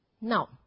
Now